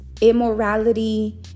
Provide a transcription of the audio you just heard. immorality